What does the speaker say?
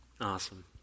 Awesome